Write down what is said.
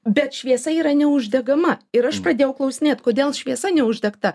bet šviesa yra neuždegama ir aš pradėjau klausinėt kodėl šviesa neuždegta